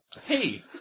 Hey